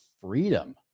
freedom